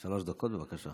השכל, שלוש דקות, בבקשה.